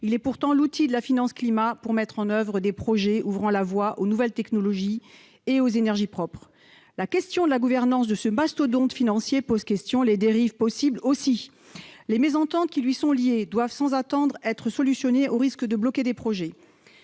Il est pourtant l'outil de la finance climat pour mettre en oeuvre des projets ouvrant la voie aux nouvelles technologies et aux énergies propres. La gouvernance de ce mastodonte financier pose question. Les dérives possibles aussi. Les mésententes qui lui sont liées doivent sans attendre être aplanies pour éviter de bloquer des projets.